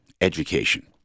education